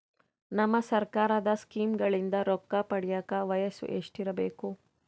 ನಮ್ಮ ಸರ್ಕಾರದ ಸ್ಕೀಮ್ಗಳಿಂದ ರೊಕ್ಕ ಪಡಿಯಕ ವಯಸ್ಸು ಎಷ್ಟಿರಬೇಕು?